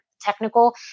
technical